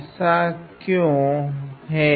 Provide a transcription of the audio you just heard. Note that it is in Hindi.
ऐसा क्यो हैं